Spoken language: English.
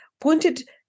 pointed